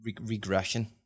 regression